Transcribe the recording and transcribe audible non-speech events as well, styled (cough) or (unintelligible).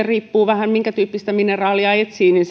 (unintelligible) riippuu vähän siitä minkätyyppistä mineraalia etsii (unintelligible)